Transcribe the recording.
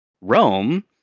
rome